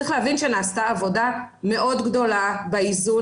צריך להבין שנעשתה פה עבודה מאוד גדולה באיזון